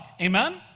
Amen